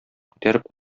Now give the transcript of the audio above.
күтәреп